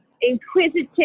inquisitive